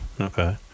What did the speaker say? Okay